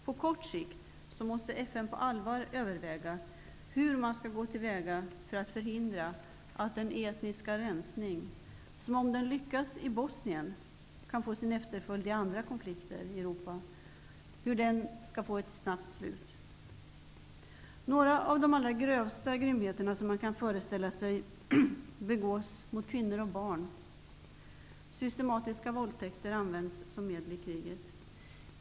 På kort sikt måste FN på allvar överväga hur man skall gå till väga för att se till att den etniska resningen, som om den lyckas i Bosnien kan få sin efterföljd i andra konflikter i Europa, skall få ett snabbt slut. Några av de allra grövsta grymheter som man kan föreställa sig begås mot kvinnor och barn. Systematiska våldtäkter används som medel i kriget.